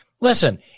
Listen